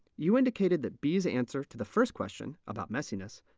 you indicated that b's answer to the first question, about messiness,